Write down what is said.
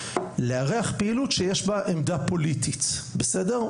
לארח פעילות שיש בה עמדה פוליטית בסדר?